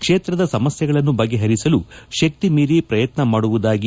ಕ್ಷೇತ್ರದ ಸಮಸ್ಯೆಗಳನ್ನು ಬಗೆಹರಿಸಲು ಶಕ್ತಿಮೀರಿ ಪ್ರಯತ್ನ ಮಾದುತ್ತೇನೆ